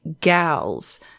Gals